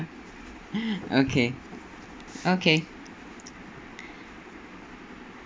okay okay